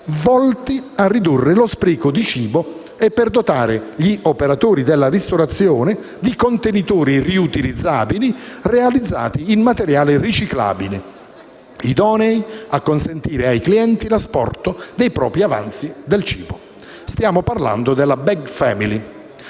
volti a ridurre lo spreco di cibo e per dotare gli operatori della ristorazione di contenitori riutilizzabili, realizzati in materiale riciclabile, idonei a consentire ai clienti l'asporto dei propri avanzi di cibo. Stiamo parlando della *family